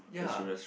ya